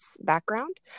background